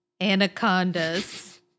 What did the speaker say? Anacondas